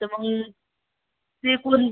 तर मग ते कोण